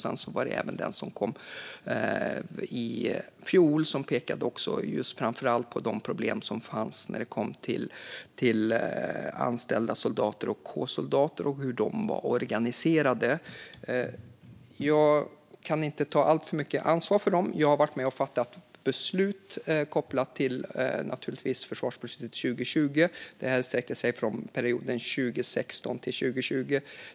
En annan rapport som lades fram i fjol pekade på de problem som fanns med anställda soldater och K-soldater och hur de var organiserade. Jag kan inte ta alltför mycket ansvar för dem, men jag har varit med och fattat beslut kopplat till försvarsbeslut 2020 - perioden 2016-2020.